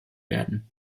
werden